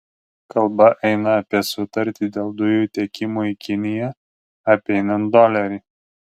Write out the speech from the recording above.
kalba eina apie sutartį dėl dujų tiekimo į kiniją apeinant dolerį